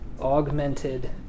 augmented